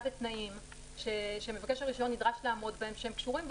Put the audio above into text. בתנאים שמבקש הרישיון נדרש לעמוד בהם שהם קשורים,